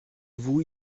vous